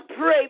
pray